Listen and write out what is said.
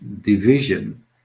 division